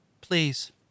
Please